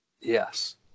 Yes